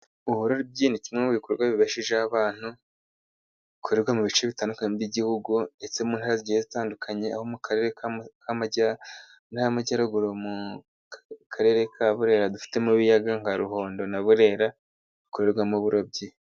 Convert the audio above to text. Uburobyi ni kimwe mu bikorwa bibeshejeho abantu, bikorerwa mu bice bitandukanye by'igihugu, ndetse mu ntara zigiye zitandukanye. Aho mu ntara y'Amajyaruguru, mu karere ka Burera, dufitemo ibiyaga nka Ruhondo na Burera bukorerwamo uburobyi.